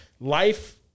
life